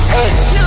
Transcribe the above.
Hey